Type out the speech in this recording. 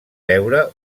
veure